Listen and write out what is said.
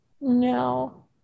no